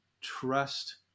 trust